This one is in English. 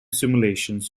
simulations